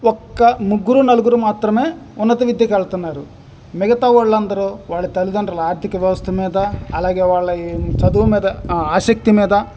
ఒక్క ముగ్గురు నలుగురు మాత్రమే ఉన్నత విద్యకి వెళుతున్నారు మిగతా వాళ్ళందరూ వాళ్ళ తల్లిదండ్రుల ఆర్థిక వ్యవస్థ మీద అలాగే వాళ్ళ చదువు మీద ఆసక్తి మీద